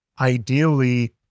ideally